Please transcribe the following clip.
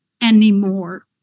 anymore